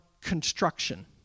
construction